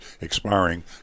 expiring